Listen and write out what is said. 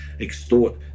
extort